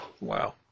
Wow